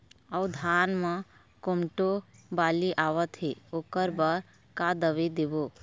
अऊ धान म कोमटो बाली आवत हे ओकर बर का दवई देबो?